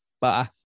Bye